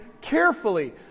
carefully